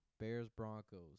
Bears-Broncos